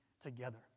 together